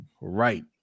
Right